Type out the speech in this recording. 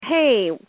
Hey